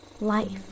Life